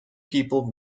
people